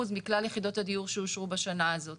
מכלל יחידות הדיור שאושרו בשנה הזאת